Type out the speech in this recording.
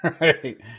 right